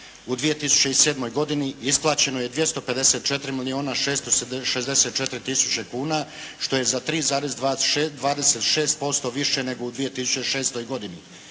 u 2007. godini isplaćeno je 254 milijuna 664 tisuće kuna što je za 3,26% više nego u 2006. godini.